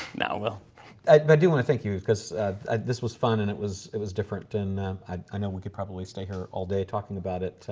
now, well. i but do want to thank you because this was fun and it was, it was different and i know we could probably stay here all day talking about it.